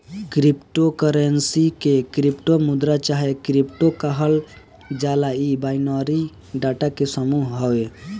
crypto currency के crypto मुद्रा चाहे क्रिप्टो कहल जाला इ बाइनरी डाटा के समूह हवे